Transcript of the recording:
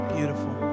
Beautiful